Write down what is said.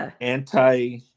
anti